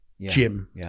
gym